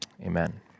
Amen